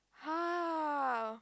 !huh!